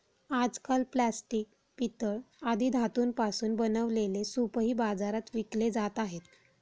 आजकाल प्लास्टिक, पितळ आदी धातूंपासून बनवलेले सूपही बाजारात विकले जात आहेत